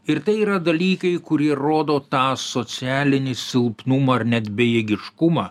ir tai yra dalykai kurie rodo tą socialinį silpnumą ar net bejėgiškumą